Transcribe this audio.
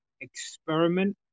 experiment